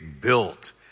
built